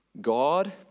god